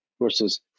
versus